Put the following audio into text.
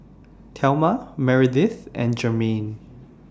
Thelma Meredith and Jermaine